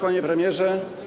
Panie Premierze!